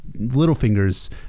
Littlefinger's